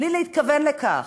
בלי להתכוון לכך,